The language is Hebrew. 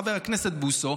חבר הכנסת בוסו,